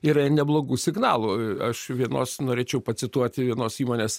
yra ir neblogų signalų aš vienos norėčiau pacituoti vienos įmonės